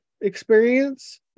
experience